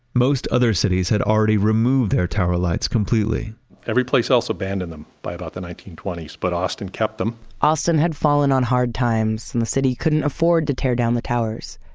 most other cities had already removed their tower lights completely every place else abandoned them by about the nineteen twenty s, but austin kept them austin had fallen on hard times and the city couldn't afford to tear down the towers,